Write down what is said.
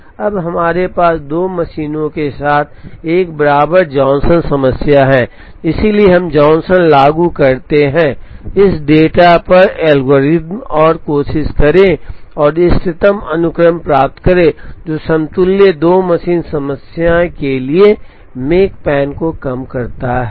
अब हमारे पास 2 मशीनों के साथ एक बराबर जॉनसन समस्या है इसलिए हम जॉनसन लागू करते हैं इस डेटा पर एल्गोरिदम और कोशिश करें और इष्टतम अनुक्रम प्राप्त करें जो समतुल्य 2 मशीन समस्या के लिए मेकपैन को कम करता है